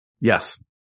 Yes